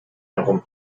herum